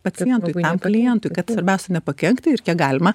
pacientui tam klientui kad svarbiausia nepakenkti ir kiek galima